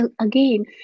again